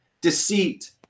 deceit